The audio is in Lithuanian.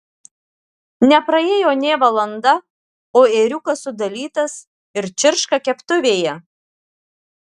nepraėjo nė valanda o ėriukas sudalytas ir čirška keptuvėje